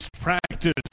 Practice